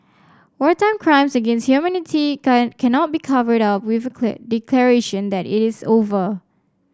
wartime crimes against humanity can cannot be covered up with declaration that it is over